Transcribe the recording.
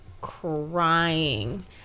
crying